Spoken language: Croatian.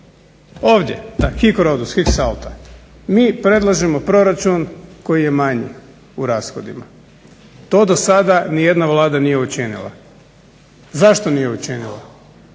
Ovdje, da …/Govornik se ne razumije./… Mi predlažemo proračun koji je manji u rashodima. To do sada ni jedna Vlada nije učinila. Zašto nije učinila?